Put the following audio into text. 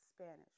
Spanish